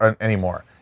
anymore